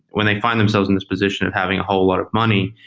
when they find themselves in this position of having a whole lot of money,